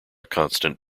constant